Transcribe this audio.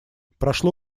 прошло